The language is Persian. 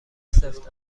سفت